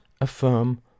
affirm